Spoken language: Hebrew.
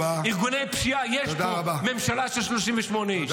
ארגוני פשיעה יש פה, ממשלה של 38 איש.